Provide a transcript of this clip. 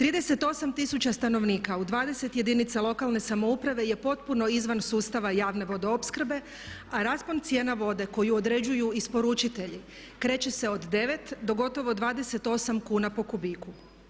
38 tisuća stanovnika u 20 jedinica lokalne samouprave je potpuno izvan sustava javne vodoopskrbe a raspon cijena vode koju određuju isporučitelji kreće se od 9 do gotovo 28 kuna po kubiku.